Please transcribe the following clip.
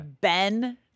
Ben